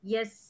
Yes